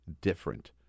different